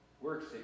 works